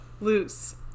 loose